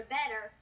better